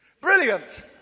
Brilliant